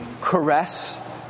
caress